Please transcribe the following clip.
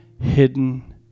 Hidden